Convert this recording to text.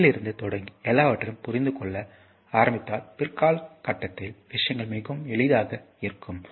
இதிலிருந்து தொடங்கி எல்லாவற்றையும் புரிந்துகொள்ள ஆரம்பித்தால் பிற்கால கட்டத்தில் விஷயங்கள் மிகவும் எளிதாக இருக்கும்